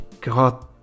god